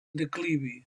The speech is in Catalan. declivi